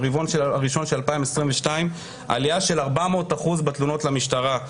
ברבעון הראשון של 2022 יש עלייה של 400% בתלונות למשטרה,